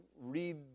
read